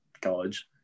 college